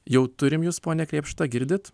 jau turim jus pone krėpšta girdit